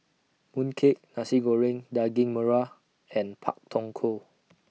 Mooncake Nasi Goreng Daging Merah and Pak Thong Ko